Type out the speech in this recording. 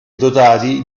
dotati